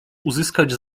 uzyskać